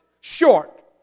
short